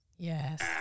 Yes